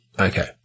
Okay